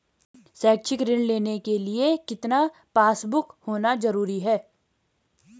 शैक्षिक ऋण लेने के लिए कितना पासबुक होना जरूरी है?